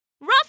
Ruff